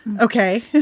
Okay